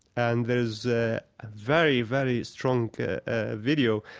and there's a very, very strong video.